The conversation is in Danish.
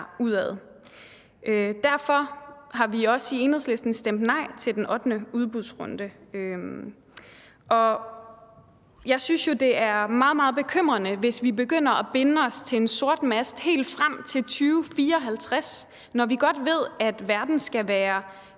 derudad. Derfor har vi også i Enhedslisten stemt nej til den ottende udbudsrunde. Jeg synes jo, det er meget, meget bekymrende, hvis vi begynder at binde os til en sort mast helt frem til 2054, når vi godt ved, at verden skal være